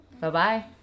Bye-bye